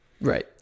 Right